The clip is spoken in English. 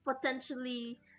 potentially